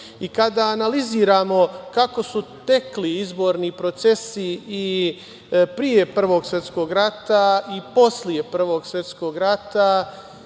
I kada analiziramo kako su tekli izborni procesi i pre Prvog svetskog rata i posle Prvog svetskog rata